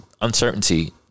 uncertainty